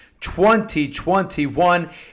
2021